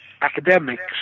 academics